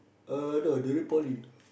uh no during poly